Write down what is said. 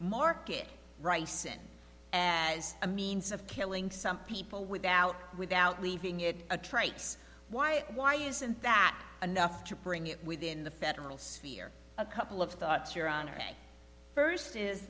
market rice and as a means of killing some people without without leaving it a trait why why isn't that enough to bring it within the federal sphere a couple of thoughts your honor may first is